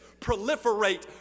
proliferate